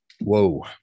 Whoa